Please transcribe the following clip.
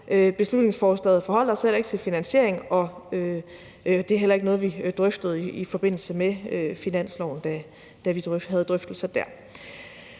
Beslutningsforslaget forholder sig heller ikke til finansiering, og det er heller ikke noget, vi drøftede i forbindelse med finansloven, da vi havde drøftelser der.